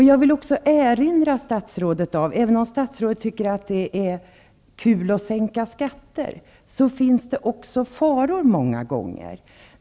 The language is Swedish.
Jag vill erinra statsrådet om att det, även om statsrådet tycker att det är kul att sänka skatter, många gånger också finns faror.